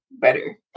better